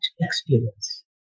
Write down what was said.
experience